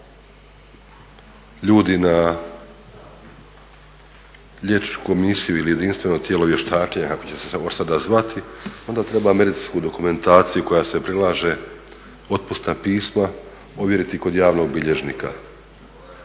ljudi na liječničku komisiju ili jedinstveno tijelo vještačenja kako će se od sada zvati, onda treba medicinsku dokumentaciju koja se prilaže, otpusna pisma ovjeriti kod javnog bilježnika